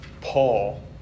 Paul